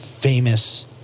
famous